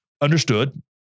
Understood